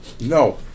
No